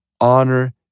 honor